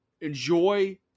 Enjoy